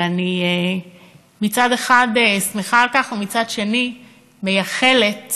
ואני מצד אחד שמחה על כך, ומצד שני אני מייחלת